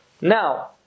Now